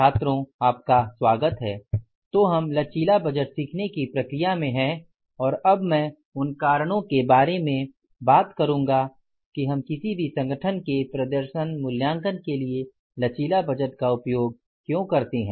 छात्रों का स्वागत हैं तो हम लचीला बजट सीखने की प्रक्रिया में हैं और अब मैं उन कारणों के बारे में बात करुगा कि हम किसी भी संगठन के प्रदर्शन मूल्यांकन के लिए लचीला बजट का उपयोग क्यों करते है